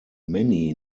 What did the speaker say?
many